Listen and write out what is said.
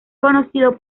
conocido